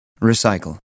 Recycle